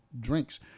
drinks